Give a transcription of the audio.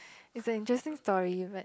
is an interesting story but